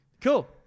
Cool